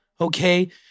okay